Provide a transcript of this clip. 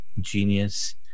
genius